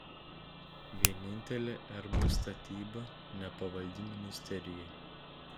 vienintelė rb statyba nepavaldi ministerijai